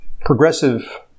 progressive